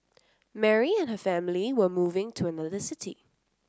Mary and her family were moving to another city